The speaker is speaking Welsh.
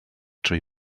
trwy